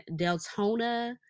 Deltona